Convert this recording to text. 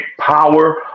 power